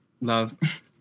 Love